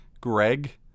Greg